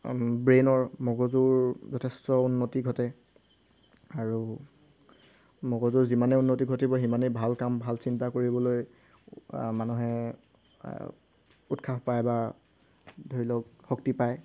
ব্ৰেইনৰ মগজুৰ যথেষ্ট উন্নতি ঘটে আৰু মগজুৰ যিমানেই উন্নতি ঘটিব সিমানেই ভাল কাম ভাল চিন্তা কৰিবলৈ মানুহে উৎসাহ পায় বা ধৰি লওক শক্তি পায়